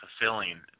fulfilling